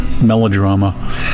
melodrama